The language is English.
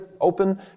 open